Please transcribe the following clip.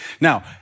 Now